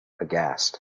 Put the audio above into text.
aghast